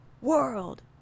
World